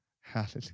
Hallelujah